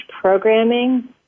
programming